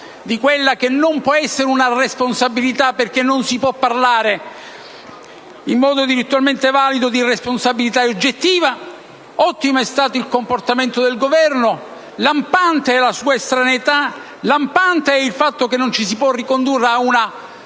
di questo però non ci può essere una responsabilità, perché non si può parlare in modo virtualmente valido di responsabilità oggettiva. Ottimo è stato il comportamento del Governo, lampante è la sua estraneità, altrettanto lampante è il fatto che non ci si può ricondurre a una